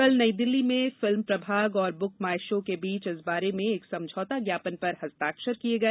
कल नई दिल्ली में फिल्म प्रभाग और बुक माई शो के बीच इस बारे में एक समझौता ज्ञापन पर हस्ताक्षर किए गए